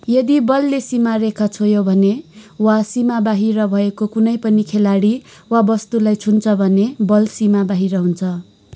यदि बलले सीमा रेखा छोयो भने वा सीमाबाहिर भएको कुनै पनि खेलाडी वा वस्तुलाई छुन्छ भने बल सीमा बाहिर हुन्छ